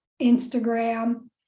Instagram